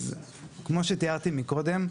אז כמו שתיארתי מקודם,